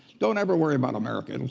don't ever worry about america. and